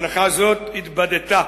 הנחה זאת התבדתה.